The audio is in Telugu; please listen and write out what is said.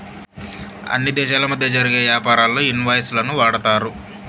అన్ని దేశాల మధ్య జరిగే యాపారాల్లో ఇన్ వాయిస్ లను వాడతారు